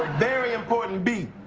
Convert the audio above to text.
very important b.